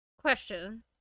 Question